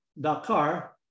dakar